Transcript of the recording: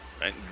right